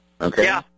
Okay